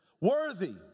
Worthy